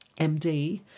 MD